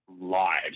Lives